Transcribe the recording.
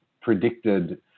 predicted